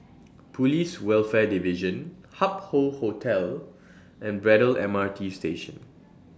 Police Welfare Division Hup Hoe Hotel and Braddell M R T Station